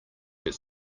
his